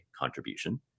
contribution